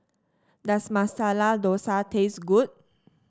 does Masala Dosa taste good